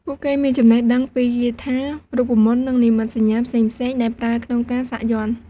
ពួកគេមានចំណេះដឹងពីគាថា រូបមន្ត និងនិមិត្តសញ្ញាផ្សេងៗដែលប្រើក្នុងការសាក់យ័ន្ត។